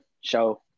show